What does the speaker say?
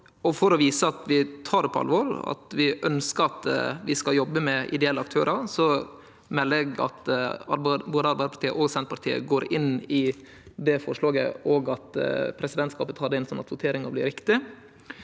For å vise at vi tek dei på alvor og ønskjer at vi skal jobbe med ideelle aktørar, melder eg at både Arbeidarpartiet og Senterpartiet går inn for det forslaget, og at presidentskapet tek det inn, sånn at voteringa blir riktig.